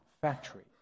factory